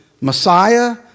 Messiah